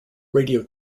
radio